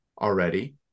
already